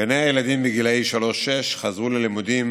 גני הילדים לגילאי 3 6 חזרו ללימודים